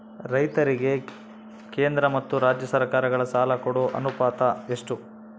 ರೈತರಿಗೆ ಕೇಂದ್ರ ಮತ್ತು ರಾಜ್ಯ ಸರಕಾರಗಳ ಸಾಲ ಕೊಡೋ ಅನುಪಾತ ಎಷ್ಟು?